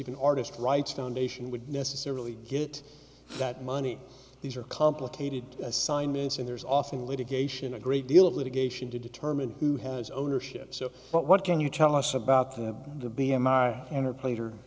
even artist rights foundation would necessarily get that money these are complicated assignments and there's often litigation a great deal of litigation to determine who has ownership so but what can you tell us about the b m r enter plater